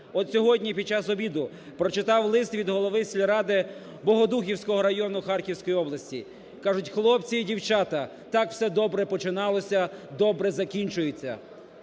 от сьогодні під час обіду прочитав лист від голови сільради Богодухівського району Харківської області. Кажуть, хлопці і дівчата так все добре починалось, добре закінчується,